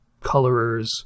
colorers